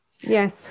Yes